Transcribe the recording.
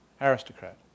aristocrat